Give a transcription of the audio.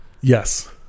Yes